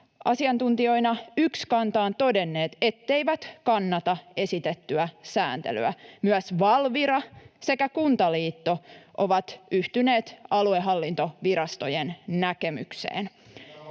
asiantuntijoina ykskantaan todenneet, etteivät kannata esitettyä sääntelyä. Myös Valvira sekä Kuntaliitto ovat yhtyneet aluehallintovirastojen näkemykseen.